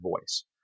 voice